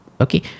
okay